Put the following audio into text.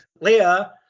Leah